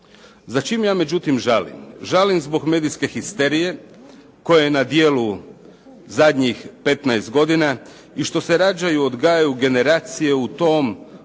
Za čim ja međutim žalim? Žalim zbog medijske histerije koja je na djelu zadnjih 15 godina i što se rađaju i odgajaju generacije u tom duhu